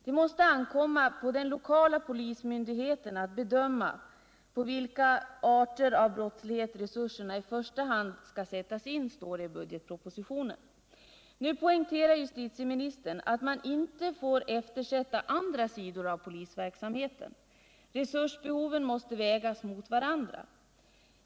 Det måste ankomma på den lokala polismyndigheten att bedöma på vilka arter av brottslighet resurserna i första hand skall sättas in, står det i budgetpropositionen. Å Nu poängterar justitieministern att man inte får eftersätta andra sidor av polisverksamheten — resursbehoven måste vägas mot varandra.